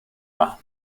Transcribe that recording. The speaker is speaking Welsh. dda